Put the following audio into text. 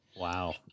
Wow